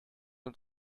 und